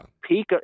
peak